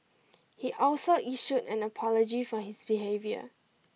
he also issued an apology for his behaviour